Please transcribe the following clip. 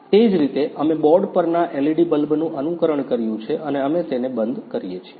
તે જ રીતે અમે બોર્ડ પરના એલઇડી બલ્બનું અનુકરણ કર્યું છે અને અમે તેને બંધ કરીએ છીએ